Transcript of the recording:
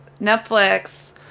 Netflix